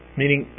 meaning